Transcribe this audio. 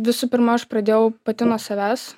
visų pirma aš pradėjau pati nuo savęs